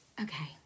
okay